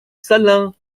salins